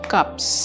Cups